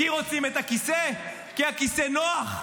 כי רוצים את הכיסא, כי הכיסא נוח?